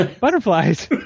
Butterflies